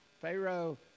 Pharaoh